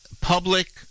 public